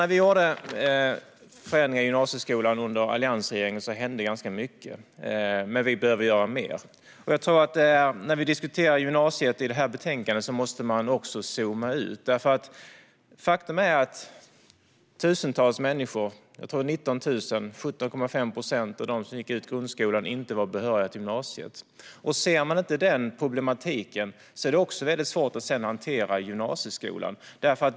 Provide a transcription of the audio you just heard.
När vi under alliansregeringens tid gjorde förändringar i gymnasieskolan hände det ganska mycket, men vi behöver göra mer. När vi diskuterar gymnasiet i detta betänkande måste vi också zooma ut. Faktum är att tusentals människor - jag tror att det var 19 000, eller 17,5 procent - av dem som gick ut grundskolan inte var behöriga till gymnasiet. Om man inte ser denna problematik är det väldigt svårt att sedan hantera gymnasieskolan.